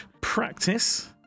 practice